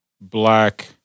black